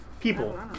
People